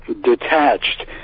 detached